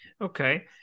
okay